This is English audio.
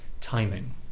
timing